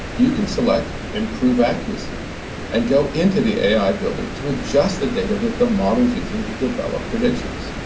you can select improve accuracy and go into the ai builder to adjust the data that the model's using to develop predictions.